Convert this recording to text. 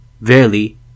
Verily